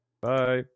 Bye